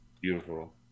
Beautiful